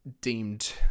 deemed